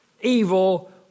evil